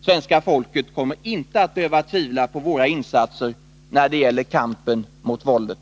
Svenska folket kommer inte att behöva tvivla på våra insatser när det gäller kampen mot våldet.